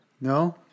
No